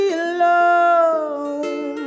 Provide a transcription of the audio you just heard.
alone